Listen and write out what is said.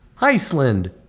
Iceland